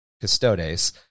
custodes